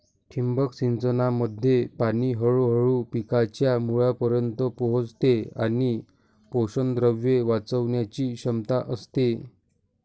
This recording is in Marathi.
ठिबक सिंचनामध्ये पाणी हळूहळू पिकांच्या मुळांपर्यंत पोहोचते आणि पोषकद्रव्ये वाचवण्याची क्षमता असते